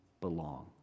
belong